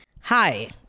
Hi